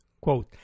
Quote